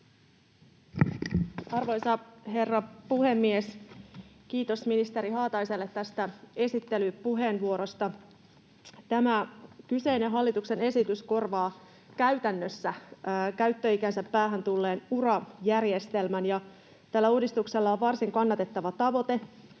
Arvoisa herra puhemies! Kiitos ministeri Haataiselle tästä esittelypuheenvuorosta. Tämä kyseinen hallituksen esitys korvaa käytännössä käyttöikänsä päähän tulleen Ura-järjestelmän, ja tällä uudistuksella on varsin kannatettava tavoite: